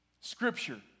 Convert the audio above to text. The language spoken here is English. Scripture